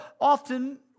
often